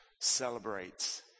celebrates